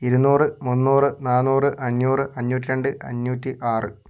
ഇരുന്നൂറ് മുന്നൂറ് നാന്നൂറ് അഞ്ഞൂറ് അഞ്ഞൂറ്റിരണ്ട് അഞ്ഞൂറ്റിആറ്